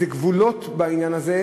גבולות בעניין הזה,